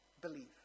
believe